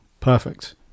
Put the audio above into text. Perfect